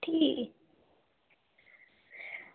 ठीक